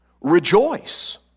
rejoice